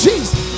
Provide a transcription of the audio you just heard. Jesus